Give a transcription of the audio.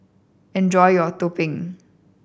enjoy your Tumpeng